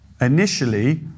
Initially